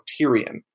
Tyrion